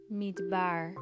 Midbar